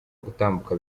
gutambuka